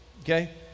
Okay